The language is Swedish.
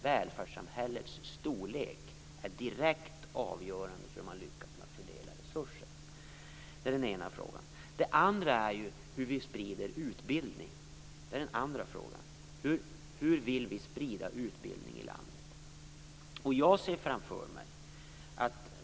Välfärdssamhället storlek är direkt avgörande för hur man lyckas fördela resurser. Detta var alltså den ena frågan. Den andra är hur vi sprider utbildningen. Hur vill vi sprida utbildning i landet?